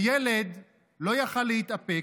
הילד לא יכול להתאפק,